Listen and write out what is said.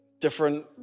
different